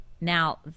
Now